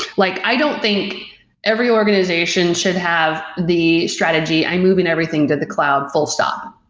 like i don't think every organization should have the strategy, i'm moving everything to the cloud full stop,